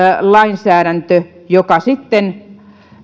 lainsäädäntö joka sitten